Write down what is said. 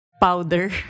powder